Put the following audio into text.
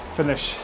finish